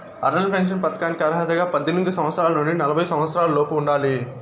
Atal pension పథకానికి అర్హతగా పద్దెనిమిది సంవత్సరాల నుండి నలభై సంవత్సరాలలోపు ఉండాలి